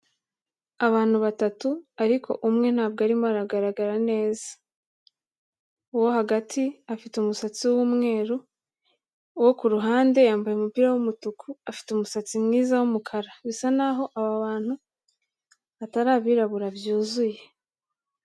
Abantu batatu ariko umwe ntabwo arimo aragaragara neza, uwo hagati afite umusatsi w'umweru, uwo ku ruhande yambaye umupira w'umutuku, afite umusatsi mwiza w'umukara, bisa naho aba bantu atari abirabura byuzuye.